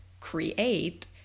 create